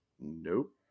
Nope